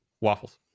waffles